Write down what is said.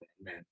Amen